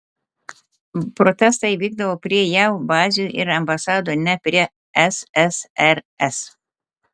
protestai vykdavo prie jav bazių ir ambasadų ne prie ssrs